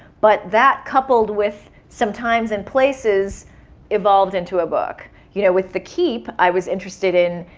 but that coupled with some times and places evolved into a book. you know with the keep, i was interested in.